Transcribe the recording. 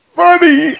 funny